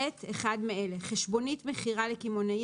(ב)אחד מאלה: (1)חשבונית מכירה לקמעונאי